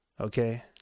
Okay